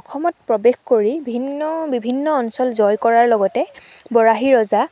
অসমত প্ৰৱেশ কৰি ভিন্ন বিভিন্ন অঞ্চল জয় কৰাৰ লগতে বৰাহী ৰজা